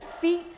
feet